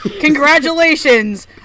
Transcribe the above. Congratulations